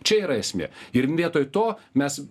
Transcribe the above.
čia yra esmė ir vietoj to mes